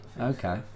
okay